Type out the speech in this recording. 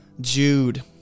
Jude